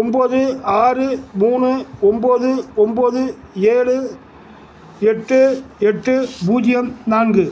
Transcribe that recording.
ஒம்போது ஆறு மூணு ஒம்போது ஒம்போது ஏழு எட்டு எட்டு பூஜ்ஜியம் நான்கு